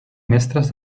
mestres